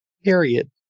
Period